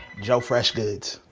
joe freshgoods.